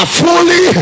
fully